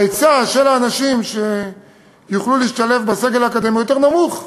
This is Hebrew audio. ההיצע של האנשים שיוכלו להשתלב בסגל האקדמי הוא יותר נמוך.